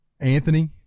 Anthony